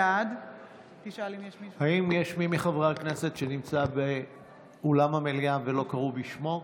בעד האם יש מי מחברי הכנסת שנמצא באולם המליאה ולא קראו בשמו?